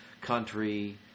country